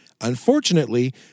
Unfortunately